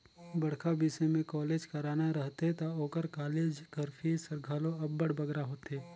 बड़खा बिसे में कॉलेज कराना रहथे ता ओकर कालेज कर फीस हर घलो अब्बड़ बगरा होथे